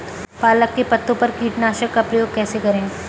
पालक के पत्तों पर कीटनाशक का प्रयोग कैसे करें?